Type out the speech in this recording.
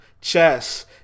Chess